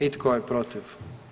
I tko je protiv?